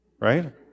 right